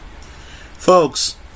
Folks